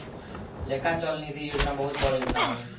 लेखा चल निधी योजना बहुत बड़ योजना हवे